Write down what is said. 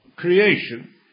Creation